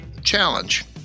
challenge